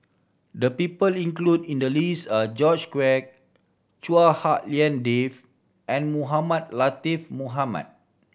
the people include in the list are George Quek Chua Hak Lien Dave and Mohamed Latiff Mohamed